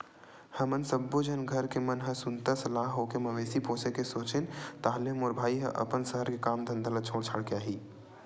हमन सब्बो झन घर के मन ह सुनता सलाह होके मवेशी पोसे के सोचेन ताहले मोर भाई ह अपन सहर के काम धंधा ल छोड़ छाड़ के आही